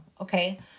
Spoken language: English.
okay